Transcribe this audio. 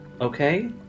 Okay